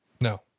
No